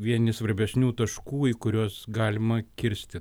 vieni svarbesnių taškų į kuriuos galima kirsti